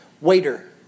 waiter